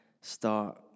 start